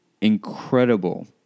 incredible